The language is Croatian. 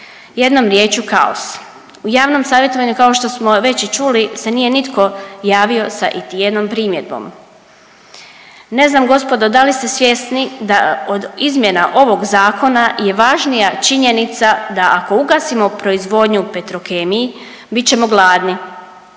jednom riječju kaos. U javnom savjetovanju, kao što smo već i čuli, se nije nitko javio sa iti jednom primjedbom. Ne znam gospodo da li ste svjesni da od izmjena ovog zakona je važnija činjenica da ako ugasimo proizvodnju u Petrokemiji bit ćemo gladni,